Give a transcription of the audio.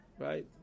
right